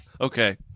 Okay